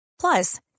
Plus